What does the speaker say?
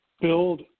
build